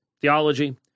theology